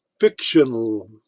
fictional